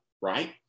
Right